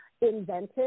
invented